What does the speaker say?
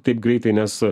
taip greitai nes